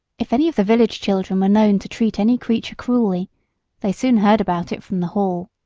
if any of the village children were known to treat any creature cruelly they soon heard about it from the hall.